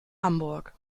hamburg